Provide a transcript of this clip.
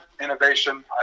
innovation